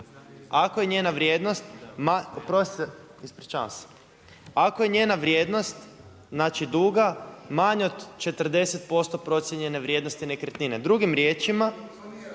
Ako je njena vrijednost, znači duga manja od 40% procijenjene vrijednosti nekretnine. Drugim riječima,